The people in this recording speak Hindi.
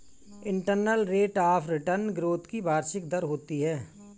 internal rate of return growth की वार्षिक दर होती है